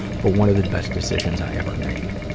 but one of the best decisions i ever made.